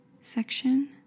section